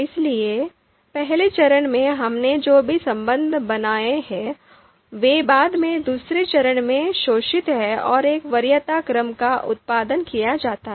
इसलिए पहले चरण में हमने जो भी संबंध बनाए हैं वे बाद में दूसरे चरण में शोषित हैं और एक वरीयता क्रम का उत्पादन किया जाता है